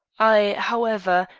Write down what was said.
i, however,